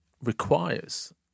requires